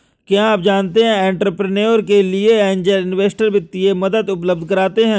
क्या आप जानते है एंटरप्रेन्योर के लिए ऐंजल इन्वेस्टर वित्तीय मदद उपलब्ध कराते हैं?